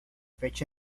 fecha